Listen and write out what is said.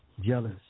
jealous